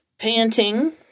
panting